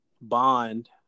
bond